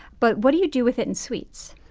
but what do you do with it in sweets?